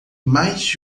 mais